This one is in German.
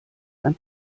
ein